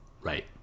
right